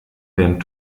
werden